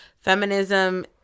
feminism